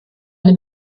eine